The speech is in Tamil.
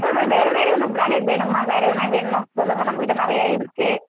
அப்புறம் மேடம் வேற வேற எதனால் பிராண்டட் வேணுமா வேற எதனால் வேணுமா சொல்லுங்கள் நம்ம கிட்ட நிறைய இருக்குது